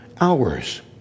hours